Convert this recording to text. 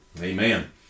Amen